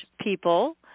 people